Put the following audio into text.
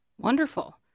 wonderful